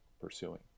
pursuing